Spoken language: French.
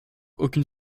aucune